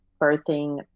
birthing